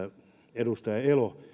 edustaja elo